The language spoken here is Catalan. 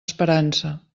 esperança